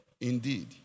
indeed